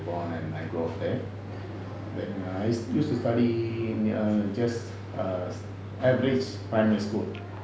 born and I grow up there then err I used to study in err just err average primary school